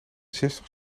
zestig